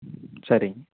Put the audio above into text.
சரிங்க